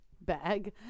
bag